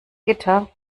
gitter